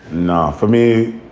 no. for me,